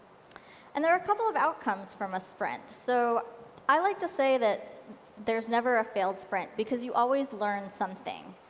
and there are a couple of outcomes from a sprint. so i like to say, there's never a failed sprint. because you always learn something.